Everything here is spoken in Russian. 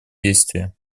действия